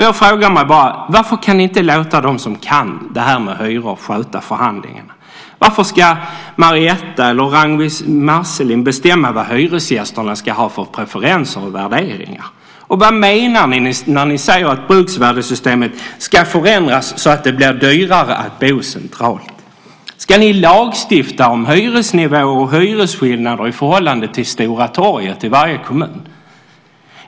Jag undrar: Varför kan ni inte låta dem som kan detta med hyror sköta förhandlingarna? Varför ska Marietta de Pourbaix-Lundin eller Ragnwi Marcelind bestämma vad hyresgästerna ska ha för preferenser och värderingar? Och vad menar ni när ni säger att bruksvärdessystemet ska förändras så att det blir dyrare att bo centralt? Ska ni lagstifta om hyresnivåer och hyresskillnader i förhållande till Stora torget i varje kommun?